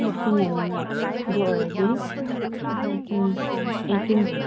fifteen ꯌꯧꯅꯤꯡꯉꯥꯏ ꯑꯗꯨ ꯑꯣꯏꯔꯗꯤ ꯑꯦꯠꯇꯤꯟ